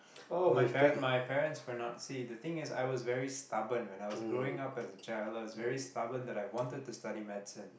oh my parents my parents will not see the thing is I was very stubborn when I was growing up as a child I was very stubborn that I wanted to study medicine